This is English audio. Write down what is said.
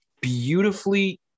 beautifully